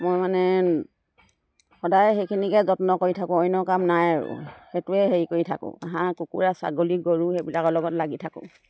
মই মানে সদায় সেইখিনিকে যত্ন কৰি থাকোঁ অন্য কাম নাই আৰু সেইটোৱে হেৰি কৰি থাকোঁ হাঁহ কুকুৰা ছাগলী গৰু সেইবিলাকৰ লগত লাগি থাকোঁ